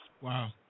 Wow